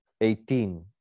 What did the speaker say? eighteen